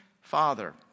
Father